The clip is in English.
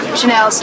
Chanel